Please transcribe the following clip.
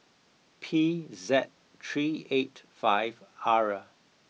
P Z three eight five R